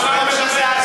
לי אין בעיה, השר מפריע.